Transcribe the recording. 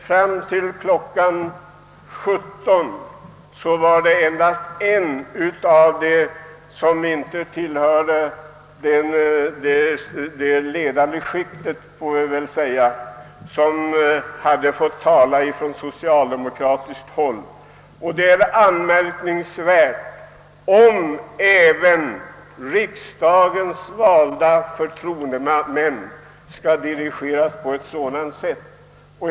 Fram till klockan 17 var det endast en av dem som inte tillhör det ledande skiktet, vi får väl kalla det så, som hade fått tala, och det är anmärkningsvärt att även riksdagens valda förtroendemän skall dirigeras på ett sådant sätt.